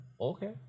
Okay